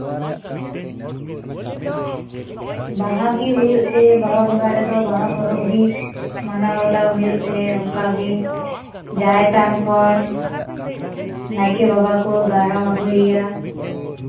ᱵᱟᱦᱟ ᱜᱮ ᱦᱩᱭᱩᱜ ᱛᱮ ᱵᱟᱦᱟ ᱵᱚᱸᱜᱟ ᱨᱮᱫᱚ ᱵᱟᱦᱟ ᱯᱚᱨᱚᱵᱽ ᱜᱮ ᱢᱟᱱᱟᱣ ᱵᱟᱛᱟᱣ ᱦᱩᱭᱩᱜ ᱛᱮ ᱚᱱᱠᱟ ᱜᱮ ᱡᱟᱦᱮᱨ ᱛᱷᱟᱱ ᱠᱷᱚᱱ ᱱᱟᱭᱠᱮ ᱵᱟᱵᱟ ᱠᱚ ᱫᱟᱨᱟᱢ ᱟᱹᱜᱩᱭᱮᱭᱟ